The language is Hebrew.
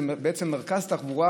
זה בעצם מרכז תחבורה